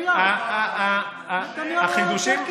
שניהם לא חידוש, לא בישראל ולא בעולם.